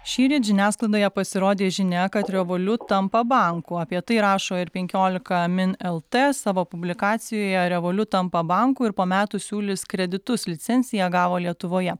šįryt žiniasklaidoje pasirodė žinia kad revoliut tampa banku apie tai rašo ir penkiolika min lt savo publikacijoje revoliut tampa banku ir po metų siūlys kreditus licenciją gavo lietuvoje